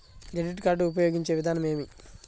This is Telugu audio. క్రెడిట్ కార్డు ఉపయోగించే విధానం ఏమి?